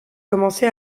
commencé